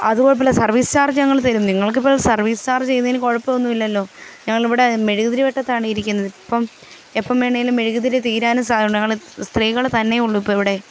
അതു കുഴപ്പമില്ല service charge ഞങ്ങള് തരും നിങ്ങൾക്ക് ഇപ്പം സർവീസ് ചാർജ് ചെയ്യുന്നതിന് കുഴപ്പമൊന്നുമില്ലലോ ഞങ്ങൾ ഇവിടെ മെഴുകുതിരി വെട്ടത്താണ് ഇരിക്കുന്നത് അപ്പം എപ്പം വേണമെങ്കിലും മെഴുകുതിരി തീരാനും സാധ്യത ഞങ്ങൾ സ്ത്രീകൾ തന്നെയുള്ളു ഇപ്പം ഇവിടെ